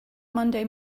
monday